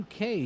UK